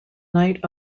night